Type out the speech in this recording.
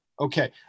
Okay